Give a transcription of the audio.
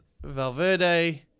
Valverde